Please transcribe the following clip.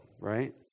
right